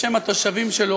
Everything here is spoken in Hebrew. בשם התושבים שלו,